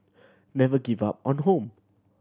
never give up on home